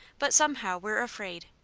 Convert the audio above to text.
but somehow, we're afraid.